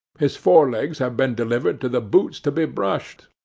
his forelegs have been delivered to the boots to be brushed,